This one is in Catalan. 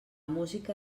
música